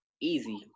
Easy